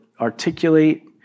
articulate